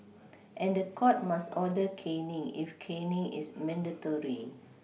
and the court must order caning if caning is mandatory